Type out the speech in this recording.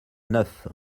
neuf